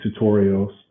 tutorials